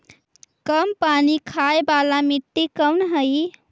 कम पानी खाय वाला मिट्टी कौन हइ?